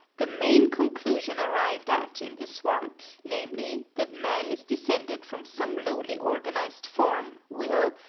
the main conclusion arrived at in this work, namely, that man is descended from some lowly organised form, will,